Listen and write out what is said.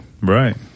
Right